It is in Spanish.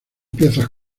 piezas